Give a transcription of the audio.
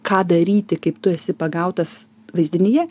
ką daryti kaip tu esi pagautas vaizdinyje